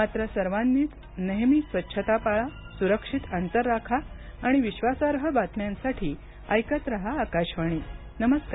मात्र सर्वांनीच नेहमी स्वच्छता पाळा सुरक्षित अंतर राखा आणि विश्वासार्ह बातम्यांसाठी ऐकत राहा आकाशवाणी नमस्कार